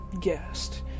guest